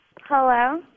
Hello